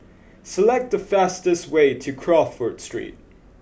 select the fastest way to Crawford street